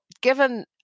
given